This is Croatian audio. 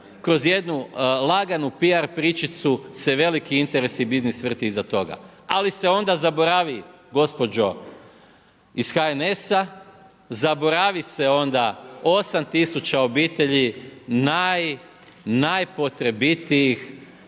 kroz jednu laganu PR pričicu se veliki interes i biznis vrti iza toga. Ali se onda zaboravi gospođo iz HNS-a, zaboravi se onda 8 tisuća obitelji naj najpotrebitijih